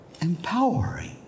empowering